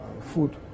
food